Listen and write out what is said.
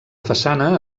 façana